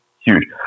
huge